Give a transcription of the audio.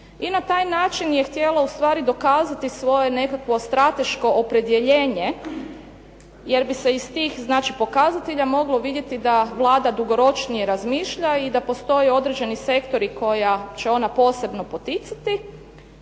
i na taj način je htjela u stvari dokazati svoje nekakvo strateško opredjeljenje jer bi se iz tih znači pokazatelja moglo vidjeti da Vlada dugoročnije razmišlja i da postoje određeni sektori koja će ona posebno poticati,